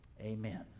Amen